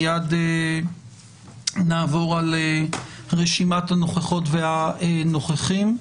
מיד נעבור על רשימת הנוכחות והנוכחים.